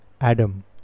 Adam